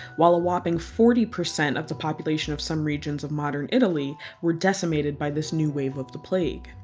while a whopping forty percent of the population of some regions of modern italy were decimated by this new wave of the plague.